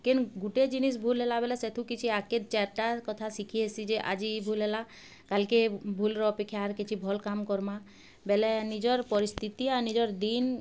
କେନ୍ ଗୁଟେ ଜିନିଷ୍ ଭୁଲ୍ ହେଲା ବେଲେ ସେଠୁ କିଛି ଆଗେ ଚାର୍ଟା କଥା ଶିଖିହେସି ଯେ ଆଜି ଇ ଭୁଲ୍ ହେଲା କାଲ୍କେ ଭୁଲ୍ର ଅପେକ୍ଷା ଆର୍ କିଛି ଭଲ୍ କାମ୍ କର୍ମା ବେଲେ ନିଜର୍ ପରିସ୍ଥିତି ଆର୍ ନିଜର ଦିନ୍